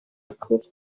ukuri